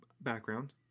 background